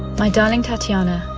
my darling tatiana,